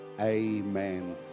Amen